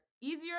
Easier